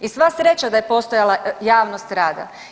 I sva sreća da je postojala javnost rada.